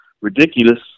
ridiculous